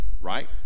right